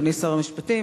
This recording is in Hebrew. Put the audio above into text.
אדוני שר המשפטים,